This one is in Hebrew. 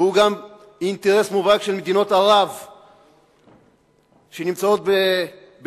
והוא גם אינטרס מובהק של מדינות ערב שנמצאות בקרבתנו,